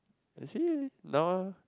actually now ah